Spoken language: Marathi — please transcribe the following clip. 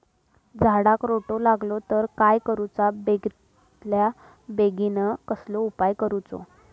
झाडाक रोटो लागलो तर काय करुचा बेगितल्या बेगीन कसलो उपाय करूचो?